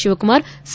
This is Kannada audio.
ಶಿವಕುಮಾರ್ ಸಾ